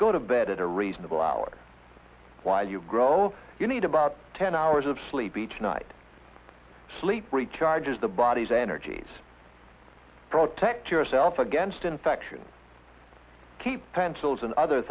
go to bed at a reasonable hour why you grow you need about ten hours of sleep each night sleep recharge is the body's energies protect yourself against infection keep pencils and other